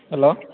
hello